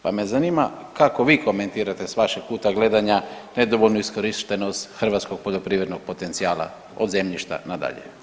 Pa me zanima kako vi komentirate sa vašeg kuta gledanja nedovoljnu iskorištenost hrvatskog poljoprivrednog potencijala od zemljišta na dalje.